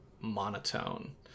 monotone